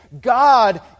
god